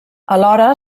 alhora